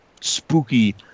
spooky